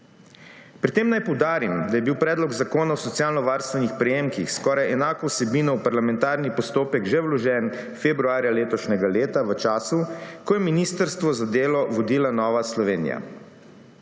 Pri tem naj poudarim, da je bil predlog zakona o socialno varstvenih prejemkih s skoraj enako vsebino v parlamentarni postopek že vložen februarja letošnjega leta, v času, ko je ministrstvo za delo vodila Nova Slovenija.